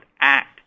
act